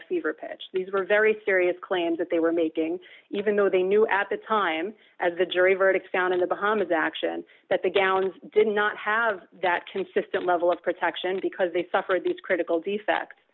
a fever pitch these were very serious claims that they were making even though they knew at the time as the jury verdict down in the bahamas action that the gallons did not have that consistent level of protection because they suffered this critical defect